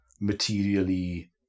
materially